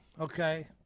okay